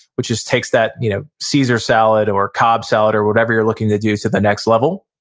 which just takes that you know caesar salad, or cobb salad or whatever you're looking to do to the next level.